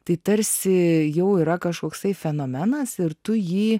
tai tarsi jau yra kažkoksai fenomenas ir tu jį